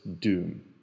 doom